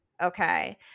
Okay